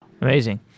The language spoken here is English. amazing